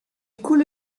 coule